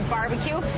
Barbecue